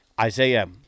Isaiah